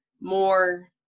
more